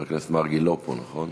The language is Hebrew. חבר הכנסת מרגי לא פה, נכון?